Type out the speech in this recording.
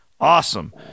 awesome